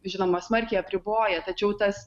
žinoma smarkiai apriboja tačiau tas